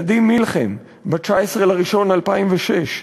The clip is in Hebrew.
נדים מלחם, ב-19 בינואר 2006,